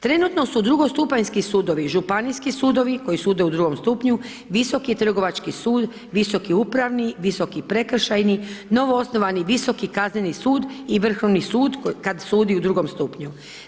Trenutno su drugostupanjski sudovi, županijski sudovi koji sude u drugom stupnju, Visoki trgovački sud, Visoki upravni, Visoki prekršajni, novoosnovani Visoki kazneni sud i Vrhovni sud kad sudi u drugom stupnju.